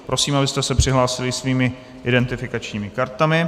Prosím, abyste se přihlásili svými identifikačními kartami.